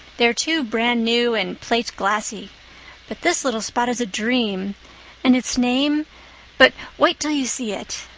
they're too brand new and plateglassy. but this little spot is a dream and its name but wait till you see it.